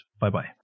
bye-bye